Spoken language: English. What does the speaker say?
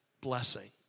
blessing